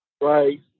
right